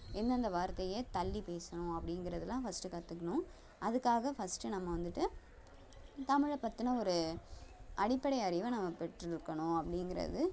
எந்தெந்த வார்த்தையை தள்ளி பேசணும் அப்படீங்கிறதுலாம் ஃபஸ்ட்டு கற்றுக்கணும் அதுக்காக ஃபஸ்ட்டு நம்ம வந்துட்டு தமிழை பற்றின ஒரு அடிப்படை அறிவை நம்ம பெற்றிருக்கணும் அப்படீங்கிறது